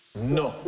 no